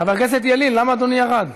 חבר הכנסת ילין, למה אדוני ירד?